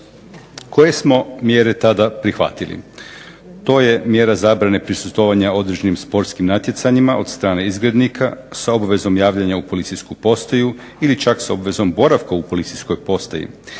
Koje smo mjere tada prihvatili? To je mjera zabrane prisustvovanja određenim sportskim natjecanjima od strane izgrednika, s obvezom javljanja u policijsku postaju, ili čak s obvezom boravka u policijskoj postaji,